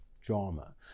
drama